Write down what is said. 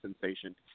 sensation